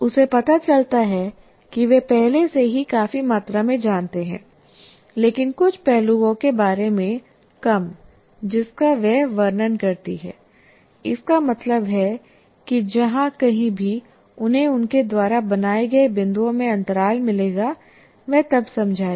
उसे पता चलता है कि वे पहले से ही काफी मात्रा में जानते हैं लेकिन कुछ पहलुओं के बारे में कम जिसका वह वर्णन करती है इसका मतलब है कि जहां कहीं भी उन्हें उनके द्वारा बनाए गए बिंदुओं में अंतराल मिलेगा वह तब समझाएगी